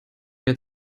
mehr